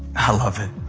i love it.